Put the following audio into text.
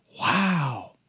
Wow